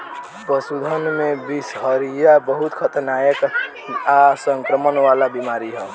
पशुधन में बिषहरिया बहुत खतरनाक आ संक्रमण वाला बीमारी ह